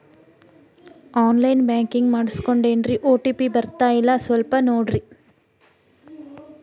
on line banking ಮಾಡಿಸ್ಕೊಂಡೇನ್ರಿ OTP ಬರ್ತಾಯಿಲ್ಲ ಸ್ವಲ್ಪ ನೋಡ್ರಿ